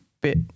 bit